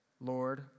Lord